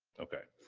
okay.